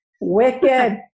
Wicked